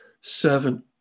servant